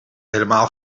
helemaal